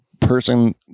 person